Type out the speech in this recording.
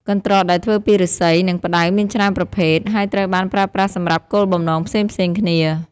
កន្ត្រកដែលធ្វើពីឫស្សី និងផ្តៅមានច្រើនប្រភេទ ហើយត្រូវបានប្រើប្រាស់សម្រាប់គោលបំណងផ្សេងៗគ្នា។